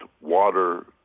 water